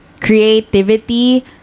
creativity